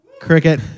Cricket